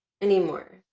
anymore